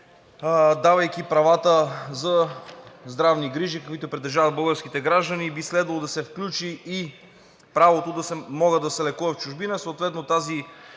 давайки правата за здравни грижи, които притежават българските граждани, и би следвало да се включи и правото да могат да се лекуват в чужбина,